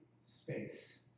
space